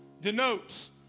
Denotes